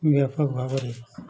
ବ୍ୟାପକ ଭାବରେ